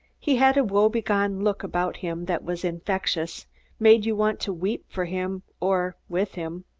he had a woebegone look about him that was infectious made you want to weep for him or with him.